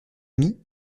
amie